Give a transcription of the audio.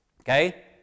Okay